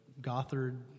Gothard